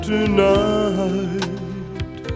Tonight